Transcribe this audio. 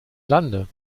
lande